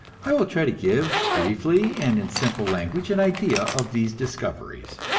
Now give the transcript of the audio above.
i will try to give, briefly and in simple language, an idea of these discoveries.